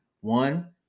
one